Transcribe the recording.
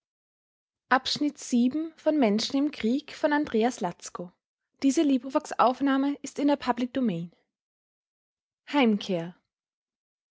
of menschen im krieg by andreas